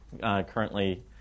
currently